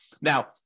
Now